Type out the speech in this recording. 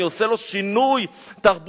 אני עושה לו שינוי תרבותי,